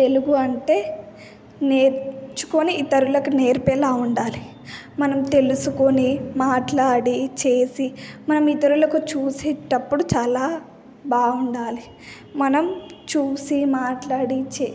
తెలుగు అంటే నేర్చుకొని ఇతరులకు నేర్పేలా ఉండాలి మనం తెలుసుకొని మాట్లాడి చేసి మనం ఇతరులకు చూసేటప్పుడు చాలా బాగుండాలి మనం చూసి మాట్లాడి చే